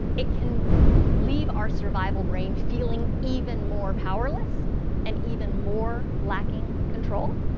it can leave our survival brain feeling even more powerless and even more lacking control.